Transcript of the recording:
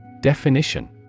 Definition